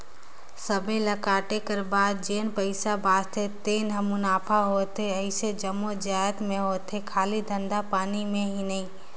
सबे ल कांटे कर बाद जेन पइसा बाचथे तेने हर मुनाफा होथे अइसन जम्मो जाएत में होथे खाली धंधा पानी में ही नई